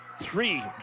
Three